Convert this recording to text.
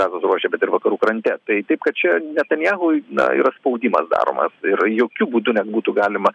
gazos ruože bet ir vakarų krante tai taip kad čia netanyahu na yra spaudimas daromas ir jokiu būdu net būtų galima